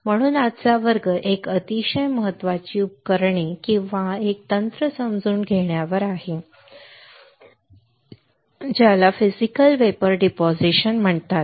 म्हणून आजचा वर्ग एक अतिशय महत्त्वाची उपकरणे किंवा एक तंत्र समजून घेण्यावर आहे ज्याला फिजिकल वेपर डिपॉझिशन म्हणतात